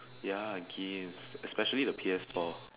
ya games especially the P_S-four